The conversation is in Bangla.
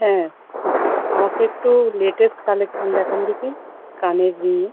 হ্যাঁ আমাকে একটু লেটেস্ট কালেকশন দেখান দেখি কানের দুলের